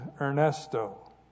ernesto